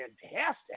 fantastic